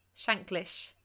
Shanklish